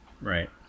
Right